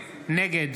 נגד